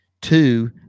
two